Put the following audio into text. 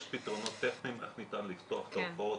יש פתרונות טכניים איך ניתן לפתוח את ההופעות